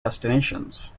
destinations